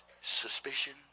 suspicion